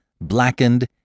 blackened